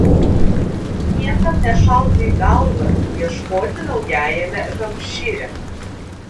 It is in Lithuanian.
niekam nešautų į galvą ieškoti naujajame hampšyre